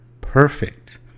perfect